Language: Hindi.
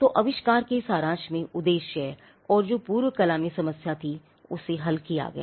तो आविष्कार के सारांश में उद्देश्य और जो पूर्व कला में समस्या थी उसे हल किया गया